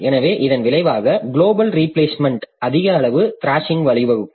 எனவே இதன் விளைவாக குளோபல் ரீபிளேஸ்மெண்ட் அதிக அளவு த்ராஷிங்ற்கு வழிவகுக்கும்